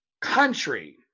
country